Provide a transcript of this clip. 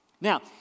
Now